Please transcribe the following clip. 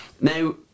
Now